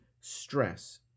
stress